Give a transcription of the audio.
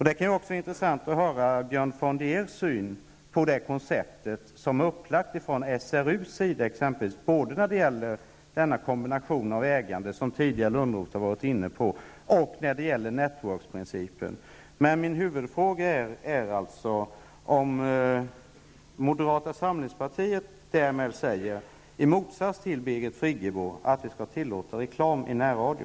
Det skulle vara intressant att höra Björn von der Eschs syn på det koncept som är upplagt från SRUs sida, både när det gäller denna kombination av ägande, som tidigare Johan Lönnroth varit inne på, och när det gäller net work-principen. Min huvudfråga är dock om moderata samlingspartiet, i motsats till Birgit Friggebo, säger att vi skall tillåta reklam i närradio.